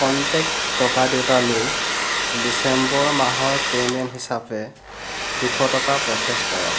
contact ককাদেউতালৈ December মাহৰ payment হিচাপে দুশ টকা প্ৰচেছ কৰক